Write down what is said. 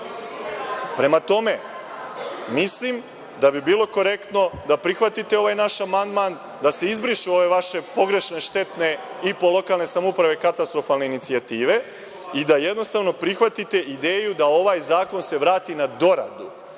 tome, mislim da bi bilo korektno da prihvatite ovaj naš amandman, da se izbrišu ove vaše pogrešne, štetne i po lokalne samouprave katastrofalne inicijative i da jednostavno prihvatite ideju da ovaj zakon se vrati na doradu,